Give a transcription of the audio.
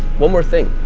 one more thing,